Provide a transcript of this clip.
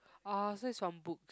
oh so is from book